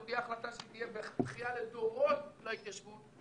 זאת תהיה החלטה שתהיה בכיה לדורות של ההתיישבות,